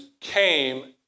came